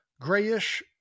grayish